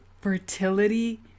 fertility